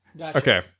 Okay